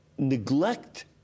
neglect